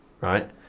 right